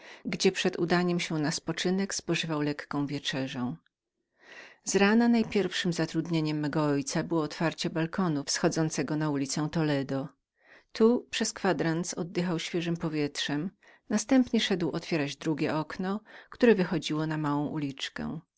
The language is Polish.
gdzie przed udaniem się na spoczynek pożywał lekką wieczerzę z rana najpierwszem zatrudnieniem mego ojca było otwarcie balkonu wychodzącego na ulicę toledo tu przez kwadrans oddychał świeżem powietrzem następnie szedł otwierać drugie okno które wychodziło na małą uliczkę